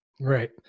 Right